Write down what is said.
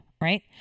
right